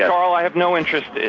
carl, i have no interest.